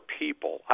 people